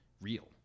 real